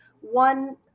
one